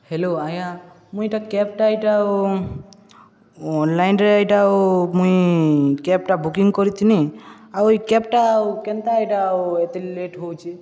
hello ଆଜ୍ଞା ମୁଇଁ ଏଇଟା କ୍ୟାବ୍ଟା ଏଇଟା ଆଉ ଅନଲାଇନ୍ରେ ଏଇଟା ଆଉ ମୁଇଁ କ୍ୟାବ୍ଟା ବୁକିଂ କରିଥିନି ଆଉ ଏଇ କ୍ୟାବ୍ଟା ଆଉ କେନ୍ତା ଏଇଟା ଆଉ ଏତେ ଲେଟ୍ ହେଉଛି